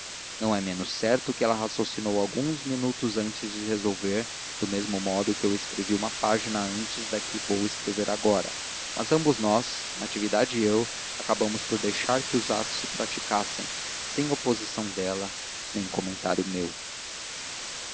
não é menos certo que ela raciocinou alguns minutos antes de resolver do mesmo modo que eu escrevi uma página antes da que vou escrever agora mas ambos nós natividade e eu acabamos por deixar que os atos se praticassem sem oposição dela nem comentário meu